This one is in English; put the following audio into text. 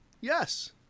yes